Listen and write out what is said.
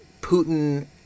Putin